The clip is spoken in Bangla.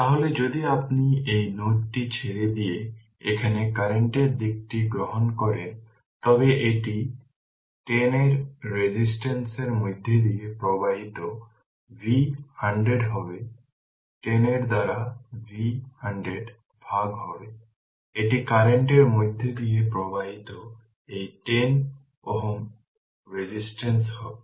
তাহলে যদি আপনি এই নোডটি ছেড়ে দিয়ে এখানে কারেন্ট এর দিকটি গ্রহণ করেন তবে এটি 10 এর রেজিস্টেন্স এর মধ্য দিয়ে প্রবাহিত V 100 হবে 10 এর দ্বারা V 100 ভাগ হবে এটি কারেন্ট এর মধ্য দিয়ে প্রবাহিত এই 10 Ω প্রতিরোধ হবে